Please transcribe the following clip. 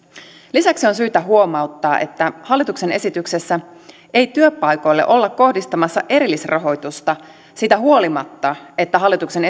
lisäksi on syytä huomauttaa että hallituksen esityksessä ei työpaikoille olla kohdistamassa erillisrahoitusta siitä huolimatta että hallituksen